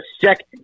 second